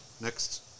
Next